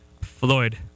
Floyd